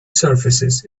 surfaces